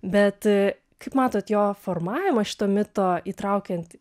bet kaip matot jo formavimą šito mito įtraukiant